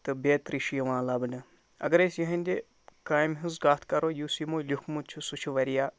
تہٕ بیترِ چھِ یِوان لَبنہٕ اَگر أسۍ یِہِنٛدِ کامہِ ہِنٛز کَتھ کَرَو یُس یِمَو لیوٚکھمُت چھُ سُہ چھُ واریاہ